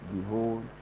Behold